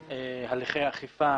זה יחייב שינוי של תוכניות מקומיות.